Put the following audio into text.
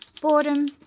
Boredom